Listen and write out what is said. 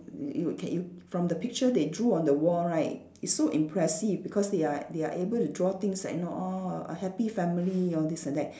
you you can you from the picture they drew on the wall right it's so impressive because they are they are able to draw things like you know orh a happy family all these and that